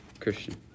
Christian